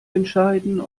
entscheiden